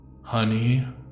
Honey